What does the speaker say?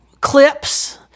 clips